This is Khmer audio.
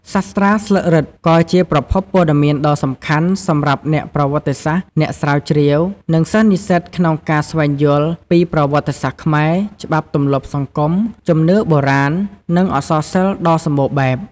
សាស្រ្តាស្លឹករឹតក៏ជាប្រភពព័ត៌មានដ៏សំខាន់សម្រាប់អ្នកប្រវត្តិសាស្ត្រ អ្នកស្រាវជ្រាវ និងសិស្សនិស្សិតក្នុងការស្វែងយល់ពីប្រវត្តិសាស្ត្រខ្មែរ ច្បាប់ទម្លាប់សង្គម ជំនឿបុរាណ និងអក្សរសិល្ប៍ដ៏សម្បូរបែប។